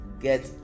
get